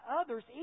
others